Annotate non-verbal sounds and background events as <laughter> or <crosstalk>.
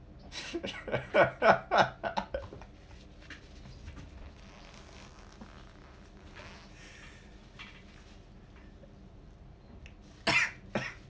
<laughs> <coughs>